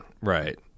right